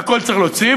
והכול צריך להוציא,